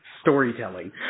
storytelling